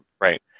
right